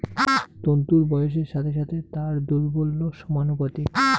তন্তুর বয়সের সাথে সাথে তার দৌর্বল্য সমানুপাতিক